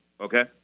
okay